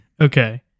Okay